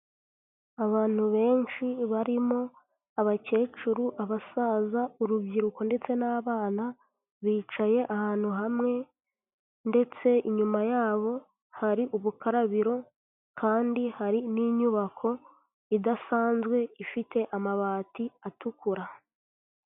Abantu benshi, barimo abakecuru, abasaza, urubyiruko ndetse n'abana, bicaye ahantu hamwe, ndetse inyuma yabo hari ubukarabiro, kandi hari n'inyubako idasanzwe, ifite amabati atukura.